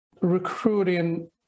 recruiting